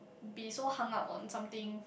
be so hung up on something